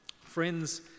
Friends